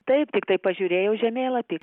taip tiktai pažiūrėjau žemėlapy